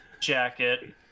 jacket